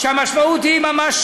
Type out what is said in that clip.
והמשמעות היא ממש,